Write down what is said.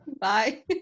Bye